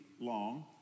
long